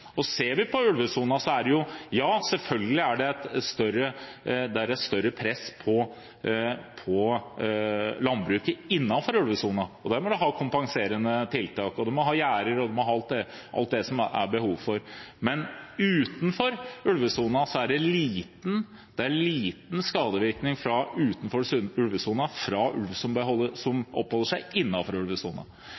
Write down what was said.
Ser vi på ulvesonen, er det selvfølgelig et større press på landbruket innenfor ulvesonen, og der må en ha kompenserende tiltak, og en må ha gjerder – en må ha alt det som det er behov for, men utenfor ulvesonen er det få skader fra ulv som oppholder seg innenfor ulvesonen. De skadene som skjer utenfor, er først og fremst fra streifdyr, som